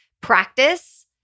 practice